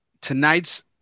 tonight's